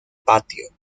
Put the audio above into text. patio